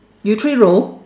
you three row